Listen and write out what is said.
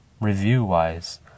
review-wise